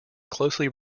closely